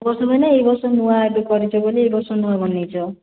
ସବୁବର୍ଷ ହୁଏ ନା ଏଇ ବର୍ଷ ନୂଆ ଏବେ କରିଛ ବୋଲି ଏ ବର୍ଷ ନୂଆ ବନେଇଛ